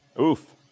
Oof